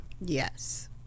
Yes